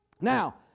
Now